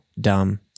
dumb